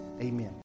amen